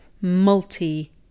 multi